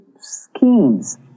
schemes